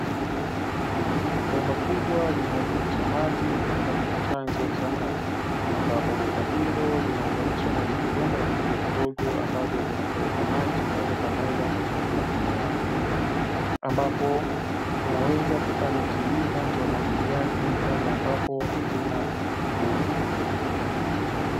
Bomba kubwa linalopitisha maji kutoka kwenye chanzo cha maji, ambapo bomba hilo limeunganishwa na vijibomba vidogovidogo ambavyo vinapeleka maji moja kwa moja kwa kila mmea. Ambapo tunaweza kufanya kilimo cha umwagiliaji pale ambapo haakuna mvua.